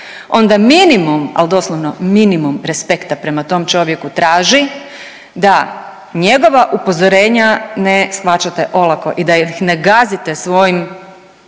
onda minimum, al doslovno minimum respekta prema tom čovjeku traži da njegova upozorenja ne shvaćate olako i da ih ne gazite svojim